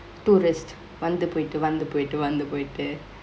tourist வந்து போய்டு வந்து போய்டு வந்து போய்டு:vanthu poitu vanthu poitu vanthu poitu